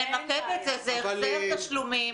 זה החזר תשלומים.